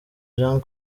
jean